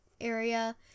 area